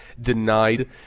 denied